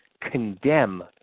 condemn